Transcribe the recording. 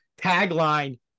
tagline